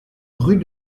rue